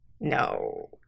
No